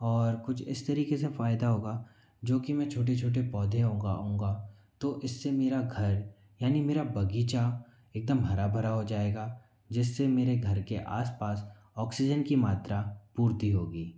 और कुछ इस तरीके से फ़ायदा होगा जो कि मैं छोटे छोटे पौधे उगाऊँगा तो इससे मेरा घर यानि मेरा बगीचा एकदम हरा भरा हो जाएगा जिससे मेरे घर के आसपास ऑक्सीजन की मात्रा पूर्ति होगी